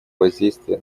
воздействие